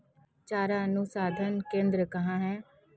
चारा अनुसंधान केंद्र कहाँ है?